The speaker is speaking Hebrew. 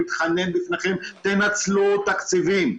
אני מתחנן בפניכם תנצלו תקציבים.